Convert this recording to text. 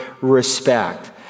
respect